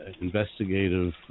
investigative